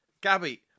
Gabby